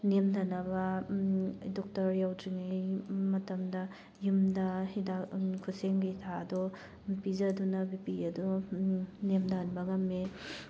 ꯅꯦꯝꯗꯅꯕ doctor ꯌꯧꯗ꯭ꯔꯤꯉꯩ ꯃꯇꯝꯗ ꯌꯨꯝꯗ ꯍꯤꯗꯥꯛ ꯈꯨꯁꯦꯝꯒꯤ ꯍꯤꯗꯥꯛ ꯑꯗꯣ ꯄꯤꯖꯗꯨꯅ ꯕꯤꯄꯤ ꯑꯗꯣ ꯅꯦꯝꯊꯍꯟꯕ ꯉꯝꯃꯤ